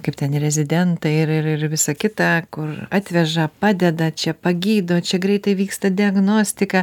kaip ten ir rezidentai ir ir ir visa kita kur atveža padeda čia pagydo čia greitai vyksta diagnostika